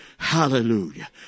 Hallelujah